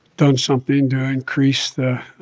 done something to increase the